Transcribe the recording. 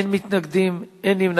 10, אין מתנגדים, אין נמנעים.